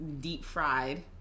deep-fried